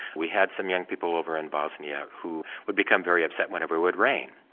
we had some young people over in bosnia who would become very upset whenever it would rain.